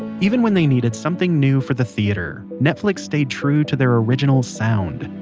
even when they needed something new for the theater, netflix stayed true to their original sound.